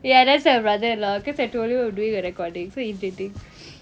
ya that's my brother-in-law because I told him I was doing a recording so irritating